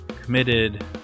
committed